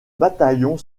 bataillon